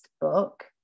book